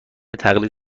تقلید